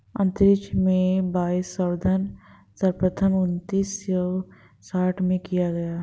अंतरिक्ष में वायवसंवर्धन सर्वप्रथम उन्नीस सौ साठ में किया गया